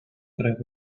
tres